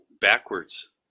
backwards